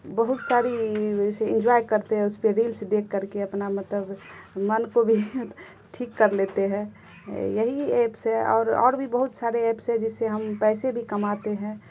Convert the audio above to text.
بہت ساری ویسے انجوائے کرتے ہیں اس پہ ریلس دیکھ کر کے اپنا مطلب من کو بھی ٹھیک کر لیتے ہیں یہی ایپس ہے اور اور بھی بہت سارے ایپس ہے جس سے ہم پیسے بھی کماتے ہیں